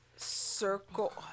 Circle